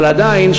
אבל עדיין,